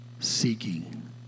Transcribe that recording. Seeking